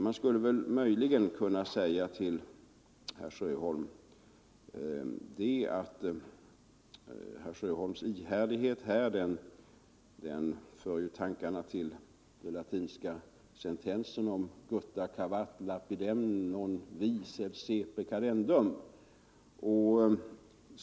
Man skulle möjligen kunna säga att herr Sjöholms ihärdighet härvidlag för tanken till den latinska sentensen gutta cavat lapidem non vi sed saepe cadendo.